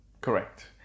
correct